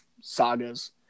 sagas